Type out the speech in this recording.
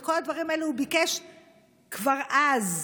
את כל הדברים האלה הוא ביקש כבר אז.